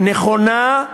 נכונה,